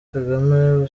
kagame